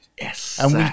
Yes